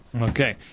Okay